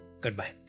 goodbye